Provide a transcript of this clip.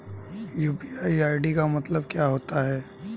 UPI ID का मतलब क्या होता है?